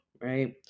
right